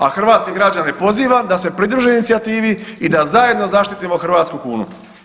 A hrvatske građane pozivam da se pridruže inicijativi i da zajedno zaštitimo hrvatsku kunu.